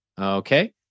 Okay